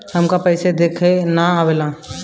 हमका पइसा देखे ना आवेला?